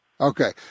Okay